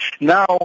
Now